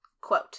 Quote